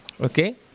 okay